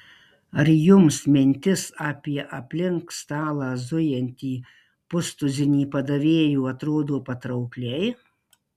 ar jums mintis apie aplink stalą zujantį pustuzinį padavėjų atrodo patraukliai